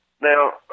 Now